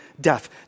death